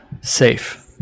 Safe